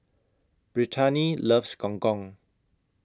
Brittani loves Gong Gong